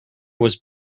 was